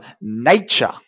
nature